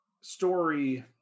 story